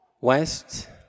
West